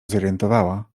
zorientowała